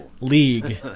League